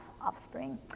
offspring